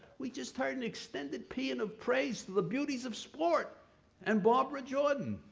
we just heard an extended paean of praise to the beauties of sport and barbara jordan,